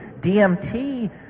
DMT